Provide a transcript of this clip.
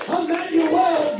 Emmanuel